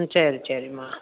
ம் சரி சரிமா